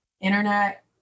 internet